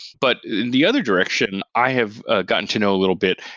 but the other direction i have ah gotten to know little bit,